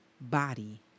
body